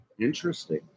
Interesting